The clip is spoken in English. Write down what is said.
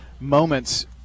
moments